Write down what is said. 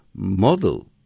model